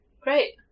Great